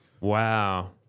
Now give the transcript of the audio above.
Wow